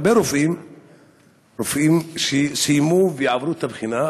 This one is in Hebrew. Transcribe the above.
הרבה רופאים שסיימו ועברו את הבחינה,